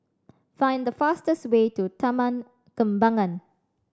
find the fastest way to Taman Kembangan